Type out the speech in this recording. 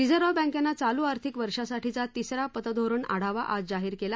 reserve बँकनच्चालू आर्थिक वर्षासाठीचा तिसरा पतधोरण आढावा आज जाहीर केला